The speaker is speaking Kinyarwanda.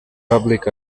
public